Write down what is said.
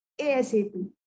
asap